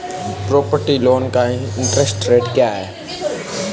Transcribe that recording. Property loan का interest rate क्या है?